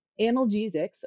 analgesics